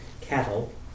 cattle